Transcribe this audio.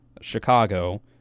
Chicago